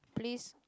please